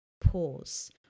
pause